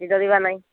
ଡରିବା ନାହିଁ